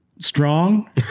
strong